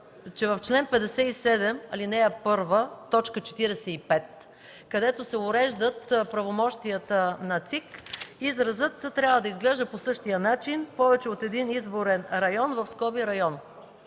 че в чл. 57, ал. 1, т. 45, където се уреждат правомощията на ЦИК, изразът трябва да изглежда по същия начин: „повече от един изборен район (район)”.